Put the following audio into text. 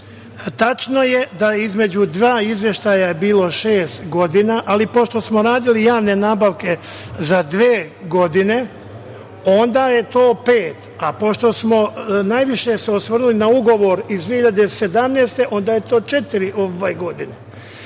Tačno je da između dva izveštaja je bilo šest godina, ali pošto smo radili javne nabavke za dve godine onda je to pet, a pošto smo se najviše osvrnuli na ugovor iz 2017. godine, onda je to četiri godine.